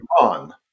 Iran